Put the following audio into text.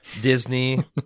Disney